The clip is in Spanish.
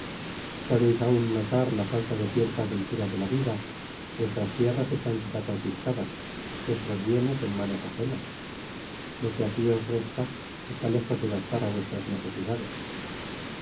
podeis aun notar la falta de ciertas dulzuras de la vida vuestras tierras están quizá confiscadas vuestros bienes en manos agenas lo que aqui es resta está lejos de bastar á vuestras necesidades